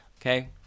okay